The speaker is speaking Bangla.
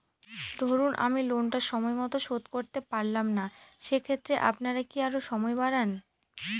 ধরুন আমি লোনটা সময় মত শোধ করতে পারলাম না সেক্ষেত্রে আপনার কি আরো সময় বাড়ান?